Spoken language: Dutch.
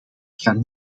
gaan